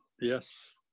yes